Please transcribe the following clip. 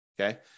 Okay